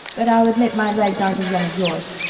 but i'll admit my legs aren't as young as yours.